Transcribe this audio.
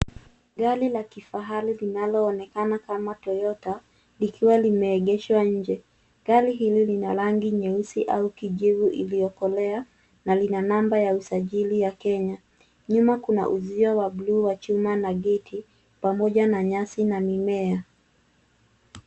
Gari la kifahari linaloonekana kama toyota likiwa limeegeshwa nje. Gari hilo lina rangi nyeusi au kijivu ilikolea na lina namba ya usajili ya Kenya. Nyuma kuna uzio wa buluu wa chuma na geti pamoja na nyasi na mimea.